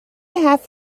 half